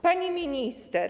Pani Minister!